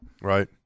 Right